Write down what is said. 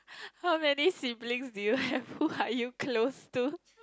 how many siblings do you have who are you close to